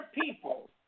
people